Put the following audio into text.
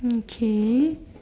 okay